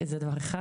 זה דבר אחד.